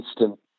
instant